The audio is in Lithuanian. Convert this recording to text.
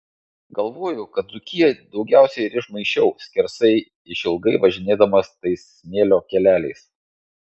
galvoju kad dzūkiją daugiausiai ir išmaišiau skersai išilgai važinėdamas tais smėlio keleliais